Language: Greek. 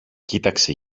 κοίταξε